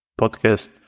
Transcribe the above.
podcast